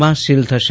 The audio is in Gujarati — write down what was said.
માં સીલ થશે